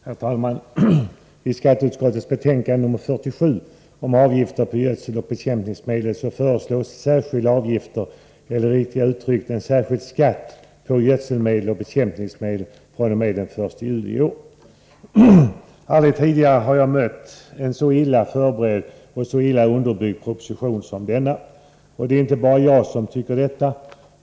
Herr talman! I skatteutskottets betänkande nr 47 om avgifter på gödseloch bekämpningsmedel föreslås särskilda avgifter, eller riktigare uttryckt: en särskild skatt på gödselmedel och bekämpningsmedel fr.o.m. den 1 juli i år. Aldrig tidigare har jag mött en så illa förberedd och så illa underbyggd proposition som denna. Och det är inte bara jag som tycker detta.